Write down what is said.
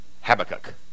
Habakkuk